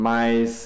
Mas